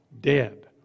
dead